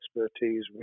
expertise